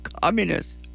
communists